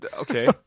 Okay